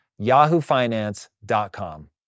yahoofinance.com